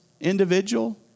individual